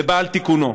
ובא על תיקונו.